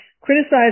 criticized